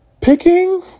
Picking